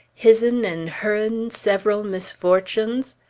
his'n and her'n several misfortunes?